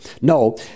No